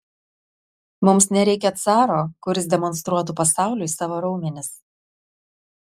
mums nereikia caro kuris demonstruotų pasauliui savo raumenis